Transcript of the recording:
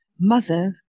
mother